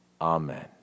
Amen